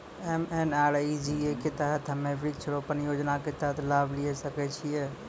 MNREGA के तहत हम्मय वृक्ष रोपण योजना के तहत लाभ लिये सकय छियै?